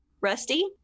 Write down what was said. Rusty